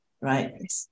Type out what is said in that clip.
Right